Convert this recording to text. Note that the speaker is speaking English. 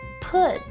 put